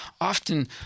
often